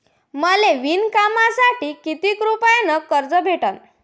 मले विणकामासाठी किती रुपयानं कर्ज भेटन?